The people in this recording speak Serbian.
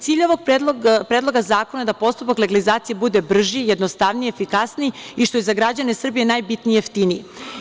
Cilj ovog predloga zakona je da postupak legalizacije bude brži, jednostavniji, efikasniji i što je za građane Srbije najbitnije jeftiniji.